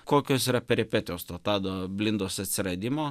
kokios yra peripetijos to tado blindos atsiradimo